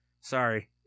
sorry